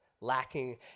lacking